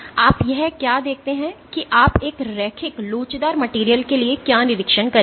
आप यह क्या देखते हैं कि आप एक रैखिक लोचदार मटेरियल के लिए क्या निरीक्षण करेंगे